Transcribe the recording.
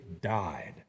died